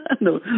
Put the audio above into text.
No